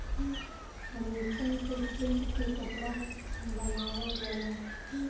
रेशम से सिल्क के कपड़ा बनावल जाला